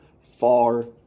far